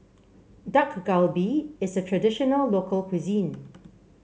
Dak Galbi is a traditional local cuisine